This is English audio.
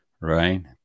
right